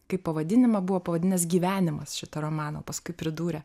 kaip pavadinimą buvo pavadinęs gyvenimas šitą romaną paskui pridūrė